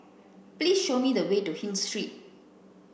please show me the way to Hill Street